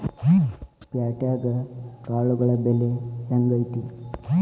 ಪ್ಯಾಟ್ಯಾಗ್ ಕಾಳುಗಳ ಬೆಲೆ ಹೆಂಗ್ ಐತಿ?